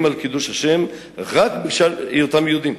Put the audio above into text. על קידוש השם רק בשל היותם יהודים.